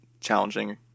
challenging